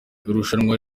irushanwa